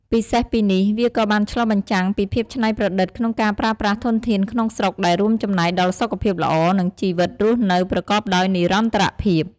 ពិសេសពីនេះ វាក៏បានឆ្លុះបញ្ចាំងពីភាពច្នៃប្រឌិតក្នុងការប្រើប្រាស់ធនធានក្នុងស្រុក ដែលរួមចំណែកដល់សុខភាពល្អ និងជីវិតរស់នៅប្រកបដោយនិរន្តរភាព។